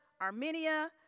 Armenia